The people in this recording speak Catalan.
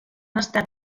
estat